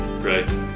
Great